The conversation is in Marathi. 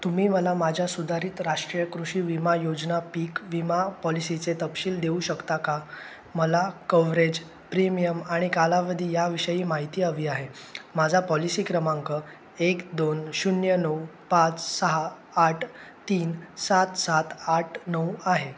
तुम्ही मला माझ्या सुधारित राष्ट्रीय कृषी विमा योजना पीक विमा पॉलिसीचे तपशील देऊ शकता का मला कव्हरेज प्रीमियम आणि कालावधी याविषयी माहिती हवी आहे माझा पॉलिसी क्रमांक एक दोन शून्य नऊ पाच सहा आठ तीन सात सात आठ नऊ आहे